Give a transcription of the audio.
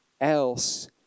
else